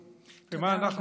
מה תרוויחו מהליכה אחריו?